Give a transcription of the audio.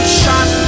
shot